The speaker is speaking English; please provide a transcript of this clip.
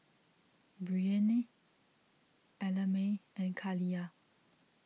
Breanne Ellamae and Kaliyah